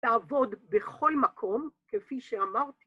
תעבוד בכל מקום, כפי שאמרתי.